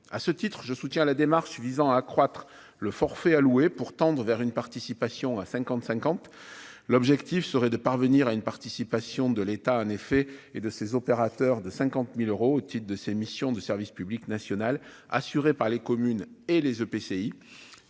à ce titre, je soutiens la démarche visant à accroître le forfait à louer pour tendre vers une participation à 50 50 l'objectif serait de parvenir à une participation de l'État a en effet et de ses opérateurs de 50000 euros au titre de ses missions de service public national assurées par les communes et les EPCI